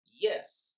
yes